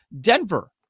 Denver